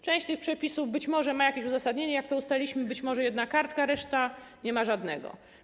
Część tych przepisów być może ma jakieś uzasadnienie, jak to ustaliliśmy, być może jedna kartka, reszta nie ma żadnego.